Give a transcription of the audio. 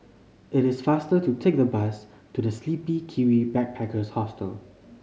it is faster to take the bus to The Sleepy Kiwi Backpackers Hostel